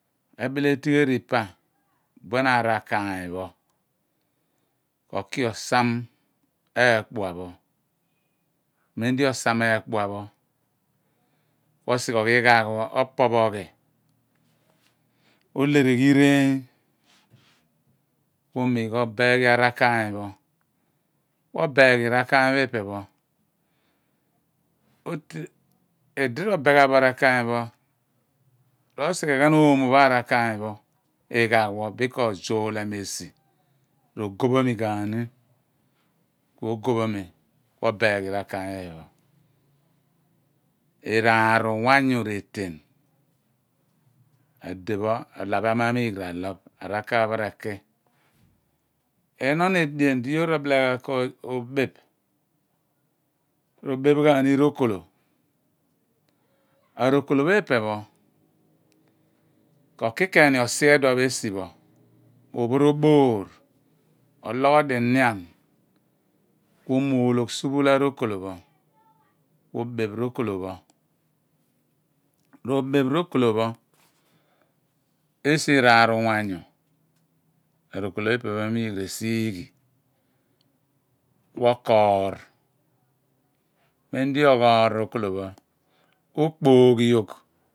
Ebile elegheri pa buen arakaany pho ko ki osam eekpua pho mem di osam ekpua pho ku osighe ogh ighagh pho opophoghl ole reghi gogh ireeny ku omuga obeeghi gogh arakaany pho ku obegh rukaany pho ipe pho idi robe ghan bo rakaany pho ro/sighe oomo pho arakaany pho ighegh pho bin ko zuule mi esi rogo phomu ghan ni ku ogophomi ku obeghi rakaany pho iphen pho iraar uwanyu reten ade pho alaphia raloph arakaany pho reki ehnon edien di abuan robile ghan kobeph robeph ghan ni rokolo, arokolo pho ipi pho ko ki keeni osi esi pho ophoroboor ologhodi gogh nian omuul olo pho robeph rokolo pho esi iraar uwanyu arokolo pho ipe me mughre siighi ku okoor mem di oghoor rokolo pho ku okpooghi gogh.